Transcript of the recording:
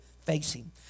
facing